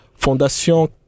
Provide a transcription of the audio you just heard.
Fondation